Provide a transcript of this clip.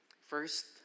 First